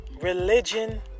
Religion